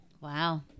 Wow